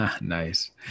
Nice